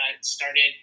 started